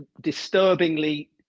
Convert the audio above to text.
disturbingly